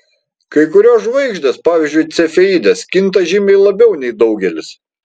kai kurios žvaigždės pavyzdžiui cefeidės kinta žymiai labiau nei daugelis